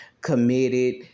committed